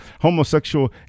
homosexual